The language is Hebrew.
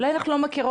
אולי אנחנו לא מכירות,